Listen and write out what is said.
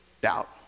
doubt